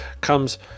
comes